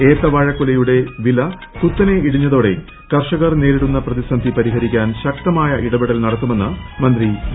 ഏത്തവാഴക്കൂല വില കുത്തനെ ഇടിഞ്ഞതോടെ ന് കർഷകർ നേരിടുന്ന പ്രതിസന്ധി പരിഹരിക്കാൻ ശക്തമായ ഇടപെടൽ നടത്തുമെന്ന് മന്ത്രി വി